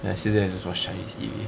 yesterday I just watch chinese T_V